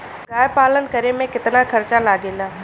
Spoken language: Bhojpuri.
गाय पालन करे में कितना खर्चा लगेला?